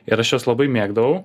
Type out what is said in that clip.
ir aš juos labai mėgdavau